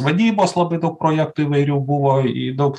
vadybos labai daug projektų įvairių buvo į daug